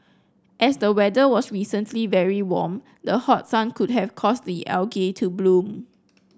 as the weather was recently very warm the hot sun could have caused the algae to bloom